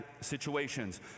situations